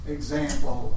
example